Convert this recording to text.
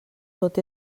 tot